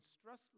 stress